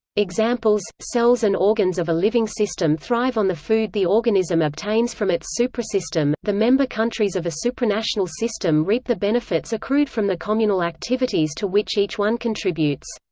examples cells and organs of a living system thrive on the food the organism obtains from its suprasystem the member countries of a supranational system reap the benefits accrued from the communal activities to which each one contributes.